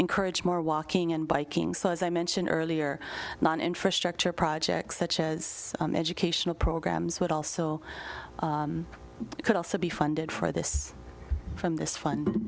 encourage more walking and biking so as i mentioned earlier non infrastructure projects such as educational programs would also could also be funded for this from this fund